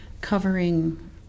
covering